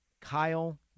Kyle